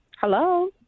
Hello